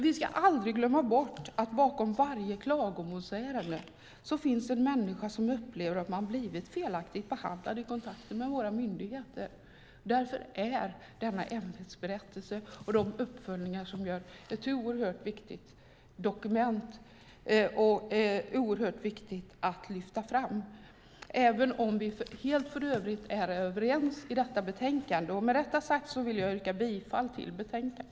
Vi ska aldrig glömma bort att bakom varje klagomålsärende finns en människa som upplever sig ha blivit felaktigt behandlad i kontakten med våra myndigheter. Därför är denna ämbetsberättelse och de uppföljningar som görs oerhört viktiga att lyfta fram, även om vi i övrigt är helt överens i detta betänkande. Med detta sagt vill jag yrka bifall till utskottets förslag.